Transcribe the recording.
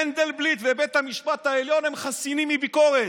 מנדלבליט ובית המשפט העליון חסינים מביקורת,